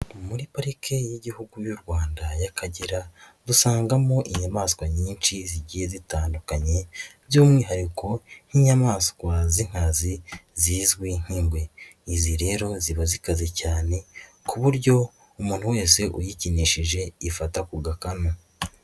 Muri pariki y'igihugu y'u Rwanda y'Akagera dusangamo inyamaswa nyinshi zigiye zitandukanye by'umwihariko nk'inyamaswa z'inkazi zizwi nk'ingwe, izi rero ziba zikaze cyane ku buryo umuntu wese uyikinishije ifata ku gakanu.